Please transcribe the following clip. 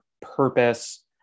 purpose